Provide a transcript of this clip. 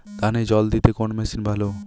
ধানে জল দিতে কোন মেশিন ভালো?